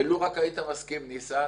לא רק היית מסכים ניסן,